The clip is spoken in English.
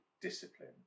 discipline